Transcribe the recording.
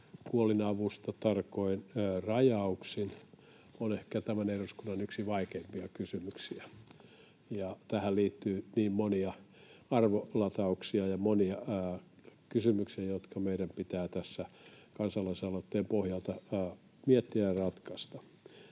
kuolinavusta tarkoin rajauksin on ehkä tämän eduskunnan yksi vaikeimpia kysymyksiä. Tähän liittyy monia arvolatauksia ja monia kysymyksiä, jotka meidän pitää tässä kansalaisaloitteen pohjalta miettiä ja ratkaista.